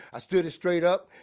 i stood it straight up,